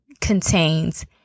contains